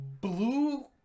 blue